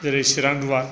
जेरै सिरां दुवार